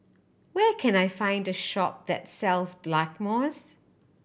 where can I find the shop that sells Blackmores